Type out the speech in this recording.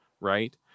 right